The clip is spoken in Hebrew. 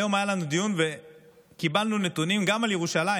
היום היה לנו דיון וקיבלנו נתונים גם על ירושלים,